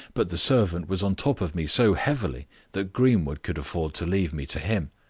but the servant was on top of me so heavily that greenwood could afford to leave me to him.